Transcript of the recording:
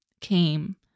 came